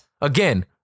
Again